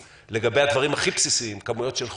לגבי הדברים הכי בסיסיים כמויות של חולים,